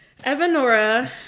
Evanora